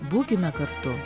būkime kartu